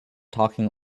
talking